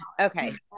okay